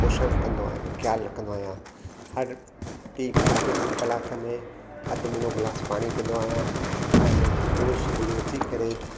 पोषण कंदो आहियां ख़्यालु रखंदो आहियां हर टी कलाके ॿीं कलाके में अधु मुनो गिलास पाणी पीअंदो आहियां ऐं रोज़ु सुबुह जो उथी करे